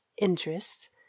interests